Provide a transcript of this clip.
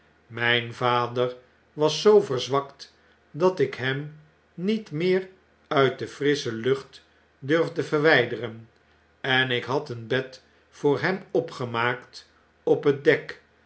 myn vader was zoo verzwakt dat ik hemnietmeer uit de frissche lucht durfde verwy'deren en ik had een bed voor hem opgemaakt op het clek